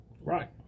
right